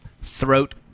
throat